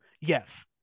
Yes